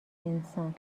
انسان